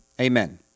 Amen